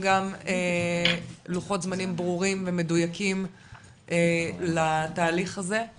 לוחות זמנים ברורים ומדויקים לתהליך הזה,